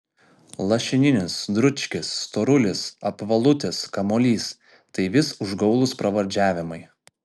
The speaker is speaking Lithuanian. lašininis dručkis storulis apvalutis kamuolys tai vis užgaulūs pravardžiavimai